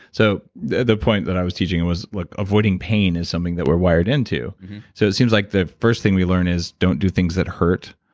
so the the point that i was teaching him was, look, avoiding pain is something that we're wired into mm-hmm so it seems like the first thing we learn is don't do things that hurt.